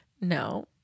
No